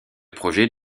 projet